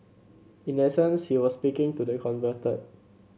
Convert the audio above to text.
in essence he was speaking to the converted